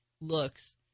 looks